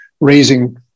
raising